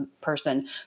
person